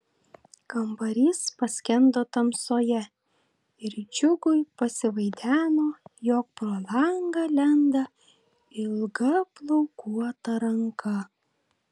kambarys paskendo tamsoje ir džiugui pasivaideno jog pro langą lenda ilga plaukuota ranka